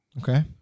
Okay